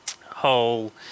whole